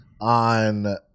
on